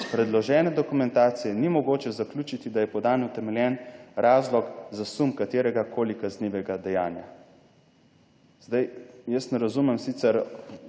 predložene dokumentacije ni mogoče zaključiti, da je podan utemeljen razlog za sum kateregakoli kaznivega dejanja. Zdaj, jaz ne razumem sicer